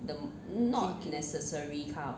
drinking